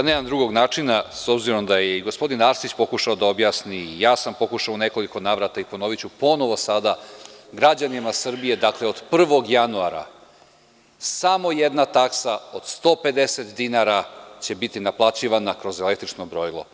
Nemam drugog načina, s obzirom da je i gospodin Arsić pokušao da objasni, i ja sam pokušao u nekoliko navrata i ponoviću ponovo sada – građanima Srbije, dakle, od 1. januara samo jedna taksa od 150 dinara će biti naplaćivana kroz električno brojilo.